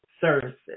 services